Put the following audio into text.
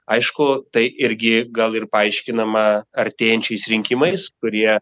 aišku tai irgi gal ir paaiškinama artėjančiais rinkimais kurie